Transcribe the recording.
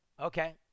okay